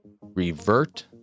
revert